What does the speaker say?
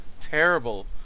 Terrible